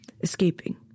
Escaping